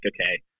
okay